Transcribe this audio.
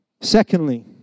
Secondly